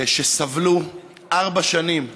שסבלו ארבע שנים,